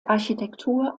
architektur